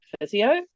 physio